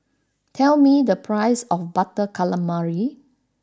tell me the price of Butter Calamari